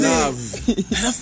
love